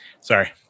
Sorry